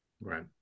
right